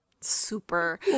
Super